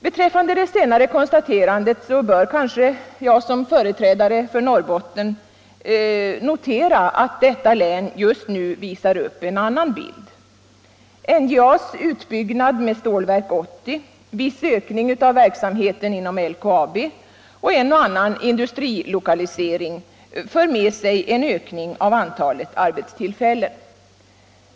Beträffande det senare konstaterandet bör kanske jag som företrädare för Norrbotten notera att detta län just nu visar upp en annan bild. NJA:s utbyggnad med Stålverk 80, en viss ökning av verksamheten inom LKAB och en och annan industrilokalisering för med sig en ökning av antalet arbetstillfällen.